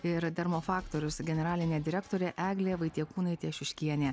ir dermofaktorius generalinė direktorė eglė vaitiekūnaitė šiuškienė